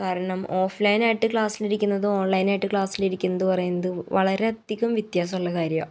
കാരണം ഓഫ് ലൈനായിട്ട് ക്ലാസ്സിലിരിക്കുന്നതും ഓൺ ലൈനായിട്ട് ക്ലാസ്സിലിരിക്കുന്നത് പറയുന്നതും വളരെ അധികം വ്യത്യാസമുള്ള കാര്യമാണ്